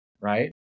Right